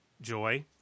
joy